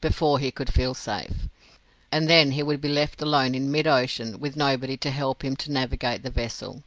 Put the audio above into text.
before he could feel safe and then he would be left alone in mid-ocean with nobody to help him to navigate the vessel